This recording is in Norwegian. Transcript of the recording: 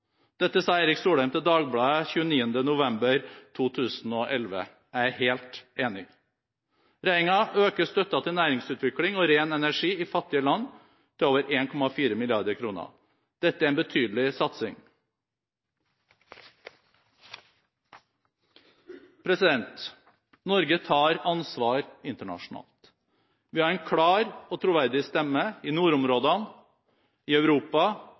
Dette sa Erik Solheim til Dagbladet 29. november 2011. Jeg er helt enig. Regjeringen øker støtten til næringsutvikling og ren energi i fattige land til over 1,4 mrd. kr. Dette er en betydelig satsing. Norge tar ansvar internasjonalt. Vi har en klar og troverdig stemme i nordområdene, i Europa,